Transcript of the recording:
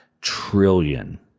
trillion